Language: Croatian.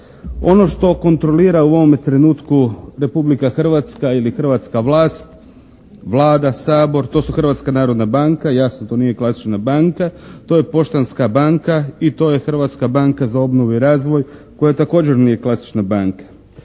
Ono što kontrolira u ovome trenutku Republika Hrvatska ili hrvatska vlast, Vlada, Sabor, to su Hrvatska narodna banka, jasno to nije klasična banka, to je poštanska banka i to je Hrvatska banka za obnovu i razvoj koja također nije klasična banka.